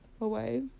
away